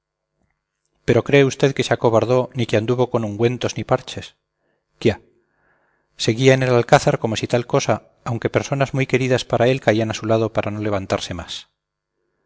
pero usted cree que se acobardó ni que anduvo con ungüentos ni parches quiá seguía en el alcázar como si tal cosa aunque personas muy queridas para él caían a su lado para no levantarse más